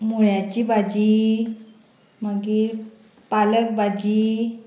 मुळ्याची भाजी मागीर पालक भाजी